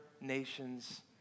nations